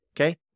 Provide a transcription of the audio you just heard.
okay